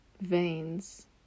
veins